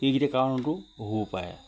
সেইকেইটা কাৰণটো হ'ব পাৰে